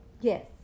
Yes